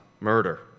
murder